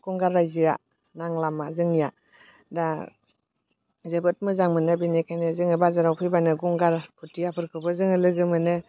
गंगार रायजोया नांलामा जोंनिया दा जोबोद मोजां मोनो बेनिखायनो जोङो बाजाराव फैबानो गंगार खुदियाफोरखौबो जोङो लोगो मोनो